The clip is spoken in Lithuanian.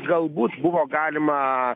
galbūt buvo galima